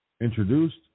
introduced